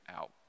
out